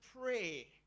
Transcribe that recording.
pray